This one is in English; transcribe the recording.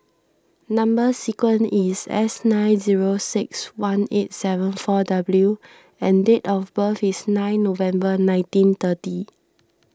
Number Sequence is S nine zero six one eight seven four W and date of birth is nine November nineteen thirty